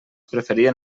preferien